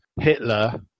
Hitler